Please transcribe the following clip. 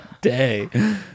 day